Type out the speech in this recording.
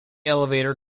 elevator